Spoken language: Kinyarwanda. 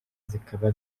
zikaba